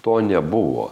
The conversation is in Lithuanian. to nebuvo